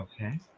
okay